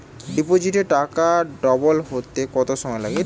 ডিপোজিটে টাকা ডবল হতে কত সময় লাগে?